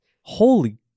Holy